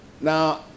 Now